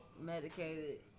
medicated